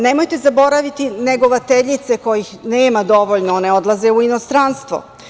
Nemojte zaboraviti negovateljice koje nema dovoljno, odlaze u inostranstvo.